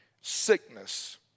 sickness